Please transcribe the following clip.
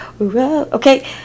okay